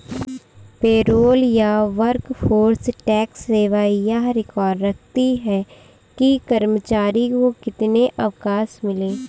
payroll या workforce tax सेवा यह रिकॉर्ड रखती है कि कर्मचारियों को कितने अवकाश मिले